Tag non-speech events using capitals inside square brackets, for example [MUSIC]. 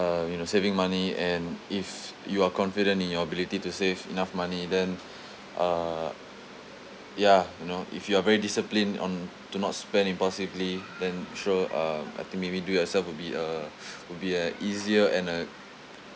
uh you know saving money and if you are confident in your ability to save enough money then uh ya you know if you are very disciplined on to not spend impulsively then sure uh I think maybe do it yourself would be uh [BREATH] would be uh easier and uh